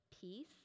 peace